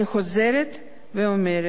אני חוזרת ואומרת: